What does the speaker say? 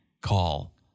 call